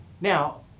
Now